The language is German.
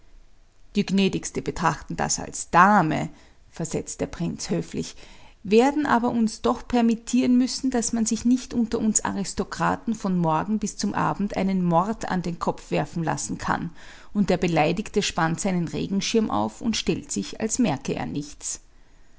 die gnädigste betrachten das als dame versetzt der prinz höflich werden aber uns doch permittieren müssen daß man sich nicht unter uns aristokraten vom morgen bis zum abend einen mord an den kopf werfen lassen kann und der beleidigte spannt seinen regenschirm auf und stellt sich als merke er nichts